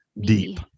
deep